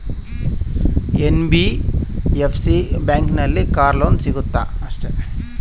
NBFC ಬ್ಯಾಂಕಿನಲ್ಲಿ car loan ಸಿಗುತ್ತಾ?